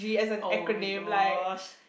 oh-my-gosh